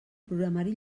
programari